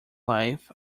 life